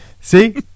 See